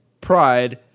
pride